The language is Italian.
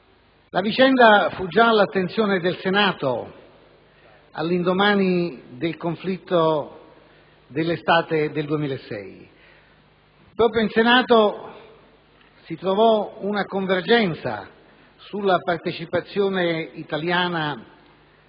La vicenda fu già all'attenzione del Senato all'indomani del conflitto dell'estate del 2006. Proprio in Senato si trovò una convergenza sulla partecipazione italiana